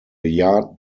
yard